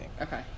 Okay